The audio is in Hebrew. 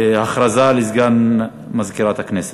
הכרזה לסגן מזכירת הכנסת.